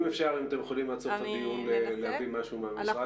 אם אפשר עד סוף הדיון להביא משהו מהמשרד.